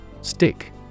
Stick